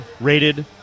rated